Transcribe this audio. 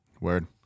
Word